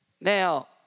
Now